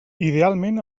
idealment